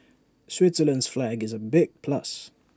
Switzerland's flag is A big plus